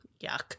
Yuck